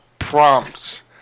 prompts